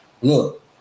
Look